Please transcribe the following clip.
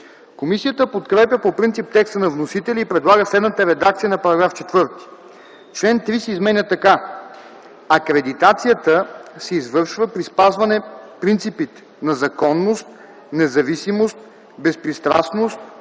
Комисията подкрепя по принцип текста на вносителя и предлага следната редакция на § 4: „§ 4. Член 3 се изменя така: „Чл. 3. Акредитацията се извършва при спазване принципите на законност, независимост, безпристрастност,